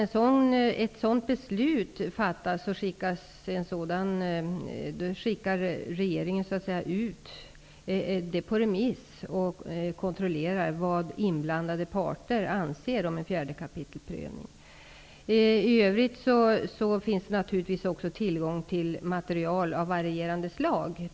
Innan ett sådant beslut fattas skickar regeringen ut frågan på remiss och kontrollerar vad inblandade parter anser om en prövning enligt 4 kap. naturresurslagen. I övrigt finns det naturligtvis även tillgång till material av varierande slag.